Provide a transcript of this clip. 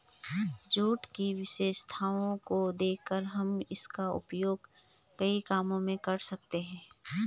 jute की विशेषताओं को देखकर हम इसका उपयोग कई कामों में कर सकते हैं